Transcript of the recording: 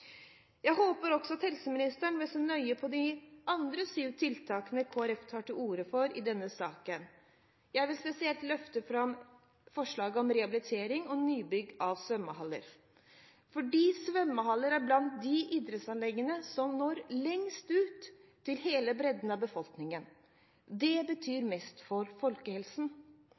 Jeg håper også at helseministeren vil se nøye på de andre syv tiltakene Kristelig Folkeparti tar til orde for i denne saken. Jeg vil spesielt løfte fram forslaget om rehabilitering og nybygging av svømmehaller. Det er fordi svømmehaller er blant de idrettsanleggene som når lengst ut, til hele bredden av befolkningen. Det betyr mest for folkehelsen.